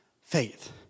faith